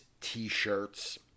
t-shirts